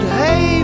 hey